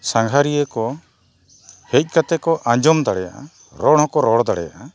ᱥᱟᱸᱜᱷᱟᱨᱤᱭᱟᱹ ᱠᱚ ᱦᱮᱡ ᱠᱟᱛᱮ ᱠᱚ ᱟᱸᱡᱚᱢ ᱫᱟᱲᱮᱭᱟᱜᱼᱟ ᱨᱚᱲ ᱦᱚᱸᱠᱚ ᱨᱚᱲ ᱫᱟᱲᱮᱭᱟᱜᱼᱟ